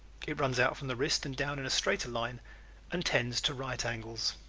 it runs out from the wrist and down in a straighter line and tends to right angles.